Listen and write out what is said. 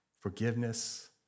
forgiveness